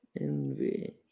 Envy